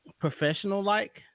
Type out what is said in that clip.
professional-like